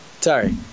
Sorry